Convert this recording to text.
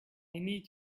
need